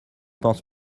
pense